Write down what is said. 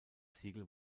siegel